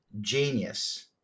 genius